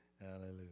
hallelujah